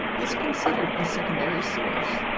is considered a secondary source.